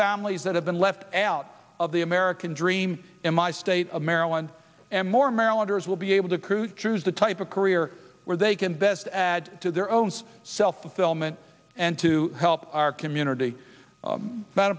families that have been left out of the american dream in my state of maryland and more marylanders will be able to cruise choose the type of career where they can best add to their own self fulfillment and to help our community